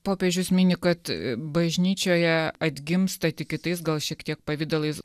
popiežius mini kad bažnyčioje atgimsta tik kitais gal šiek tiek pavidalais